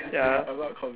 ya